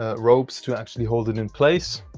ah ropes to actually hold it in place